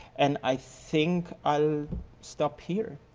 and i think i'll stop here.